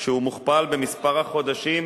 כשהוא מוכפל במספר החודשים,